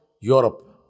Europe